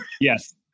Yes